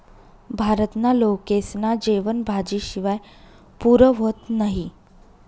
भारतना लोकेस्ना जेवन भाजी शिवाय पुरं व्हतं नही